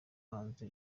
hanze